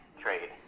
trade